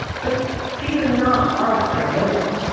but these are not arbitrary limits.